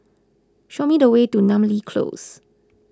show me the way to Namly Close